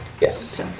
Yes